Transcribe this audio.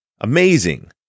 Amazing